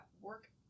work